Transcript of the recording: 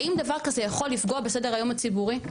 האם דבר כזה יכול לפגוע בסדר היום הציבורי?